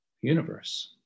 universe